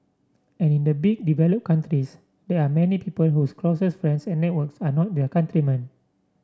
and in the big develop countries there are many people whose closest friends and networks are not their countrymen